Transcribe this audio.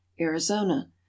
Arizona